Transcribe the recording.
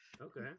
okay